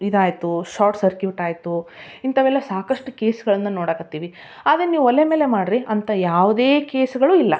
ಇದಾಯಿತು short circuit ಆಯಿತು ಇಂಥವೆಲ್ಲ ಸಾಕಷ್ಟು ಕೇಸುಗಳನ್ನ ನೋಡೋಕತ್ತೀವಿ ಅದೇ ನೀವು ಒಲೆ ಮೇಲೆ ಮಾಡಿರಿ ಅಂಥ ಯಾವುದೇ ಕೇಸುಗಳು ಇಲ್ಲ